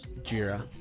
Jira